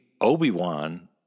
Obi-Wan